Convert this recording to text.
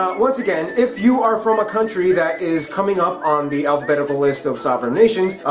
once again, if you are from a country that is coming up on the alphabetical list of sovereign nations,